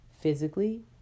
physically